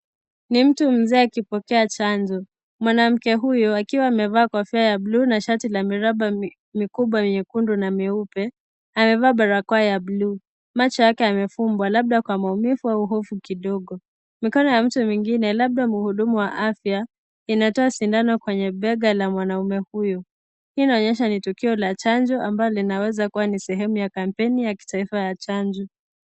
Ni mtu mzee akipokea chanjo, mwanamke huyu akiwa amevaa kofia ya buluu na shati la miramba mikubwa mwekundu na mweupe, amevaa barakoa ya buluu, macho yake yamefumbwa labda kwa maumivu au hofu kidogo, mikono ya mtu mwingine labda mhudumu wa afya inatoa sindano kwenye bega la mwanaume huyu, hii inaonyesha ni tukio la chanjo ambalo linaweza kua ni sehemu ya kampaini ya kitaifa ya chanjo.